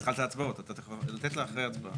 התחלת הצבעות, אפשר לתת לה אחרי ההצבעה.